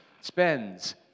spends